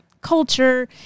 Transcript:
culture